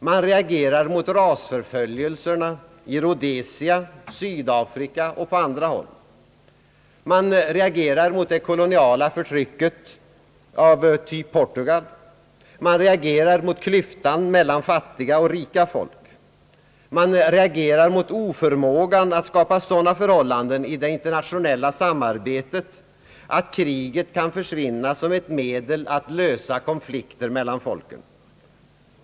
Man reagerar mot rasförföljelserna i Rhodesia, Sydafrika och på andra håll. Man reagerar mot det koloniala förtrycket av typ Portugal. Man reagerar mot klyftan mellan fattiga och rika folk. Man reagerar mot oförmågan att skapa sådana förhållanden i det internationella samarbetet att kriget kan försvinna som ett medel att lösa konflikter mellan folken.